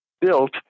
built